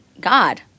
God